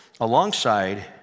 alongside